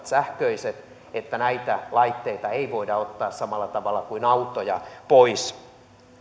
sähköiset että näitä laitteita ei voida ottaa samalla tavalla kuin autoja pois